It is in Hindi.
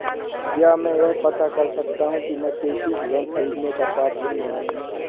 क्या मैं यह पता कर सकता हूँ कि मैं कृषि ऋण ख़रीदने का पात्र हूँ या नहीं?